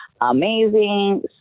amazing